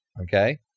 Okay